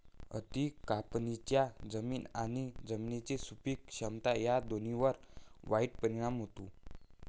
अति कापणीचा जमीन आणि जमिनीची सुपीक क्षमता या दोन्हींवर वाईट परिणाम होतो